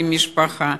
בלי משפחה.